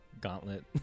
gauntlet